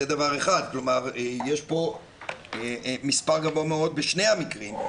כלומר יש פה מספר גבוה מאוד בשני המקרים.